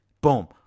boom